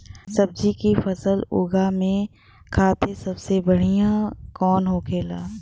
सब्जी की फसल उगा में खाते सबसे बढ़ियां कौन होखेला?